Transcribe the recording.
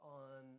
on